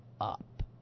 up